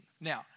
Now